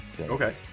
Okay